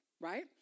right